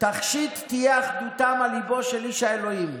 תכשיט תהיה אחדותם על ליבו של איש האלוהים,